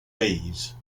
bees